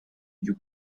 you